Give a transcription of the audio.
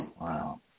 Wow